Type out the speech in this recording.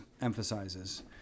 emphasizes